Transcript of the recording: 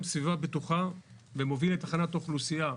סביבה בטוחה ומוביל את הכנת האוכלוסייה.